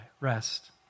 rest